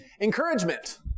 encouragement